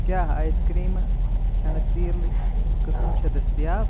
کیٛاہ آیِس کرٛیٖمہٕ کھٮ۪نہٕ تیٖلٕکۍ قٕسٕم چھا دٔستیاب؟